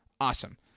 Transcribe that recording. awesome